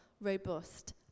robust